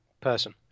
person